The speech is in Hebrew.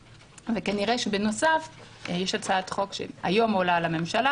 כנראה בנוסף יש הצעת חוק שהיום עולה בממשלה,